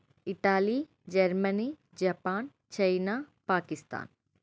Italy Germany Japan China Pakistan